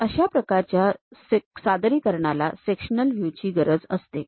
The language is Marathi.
तर अशा प्रकारच्या सादरीकरणाकरिता सेक्शनल व्ह्यू ची गरज असते